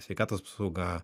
sveikatos apsauga